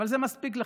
אבל זה מספיק לך,